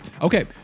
Okay